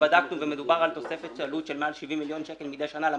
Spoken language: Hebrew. ובדקנו ומדובר בתוספת עלות של מעל 70 מיליון שקל מדי שנה למשק,